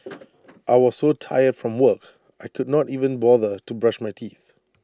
I was so tired from work I could not even bother to brush my teeth